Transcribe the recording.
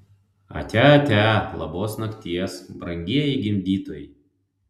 atia atia labos nakties brangieji gimdytojai